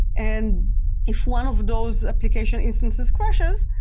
and if one of those application instance squashes,